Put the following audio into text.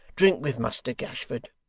drink with muster gashford